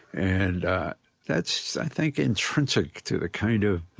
and that's, i think, intrinsic to the kind of